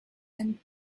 and